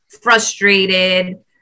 frustrated